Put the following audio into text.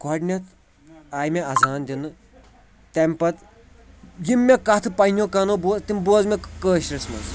گۄڈٕنٮ۪تھ آیہِ مےٚ اَذان دِنہٕ تمہِ پَتہٕ یِم مےٚ کَتھٕ پنٛنیو کَنو بوزٕ تِم بوزٕ مےٚ کٲشرِس منٛز